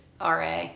RA